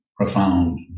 profound